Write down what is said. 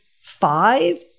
five